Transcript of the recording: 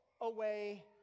away